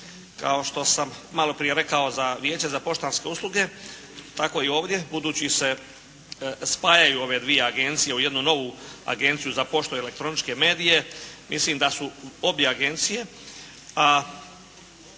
kao što sam malo prije rekao za Vijeće za poštanske usluge, tako i ovdje budući se spajaju ove dvije agencije u jednu novu agenciju za poštu i elektroničke medije. Mislim da su obje agencije,